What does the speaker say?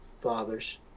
fathers